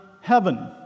heaven